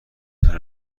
تونه